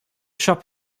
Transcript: shop